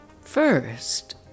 First